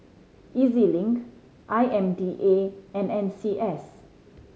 E Z Link I M D A and N C S